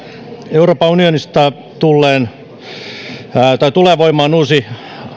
euroopan unionissa tulee voimaan uusi